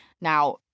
Now